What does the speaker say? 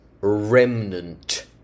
Remnant